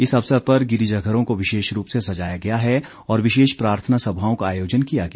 इस अवसर पर गिरिजाधरों को विशेष रूप से सजाया गया है और विशेष प्रार्थना सभाओं का आयोजन किया गया